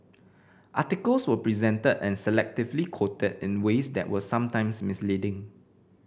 articles were presented and selectively quoted in ways that were sometimes misleading